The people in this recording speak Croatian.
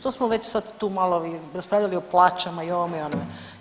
Tu smo već sad tu malo i raspravljali o plaćama i o ovome i o onome.